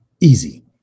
Easy